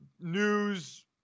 news